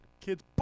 Kids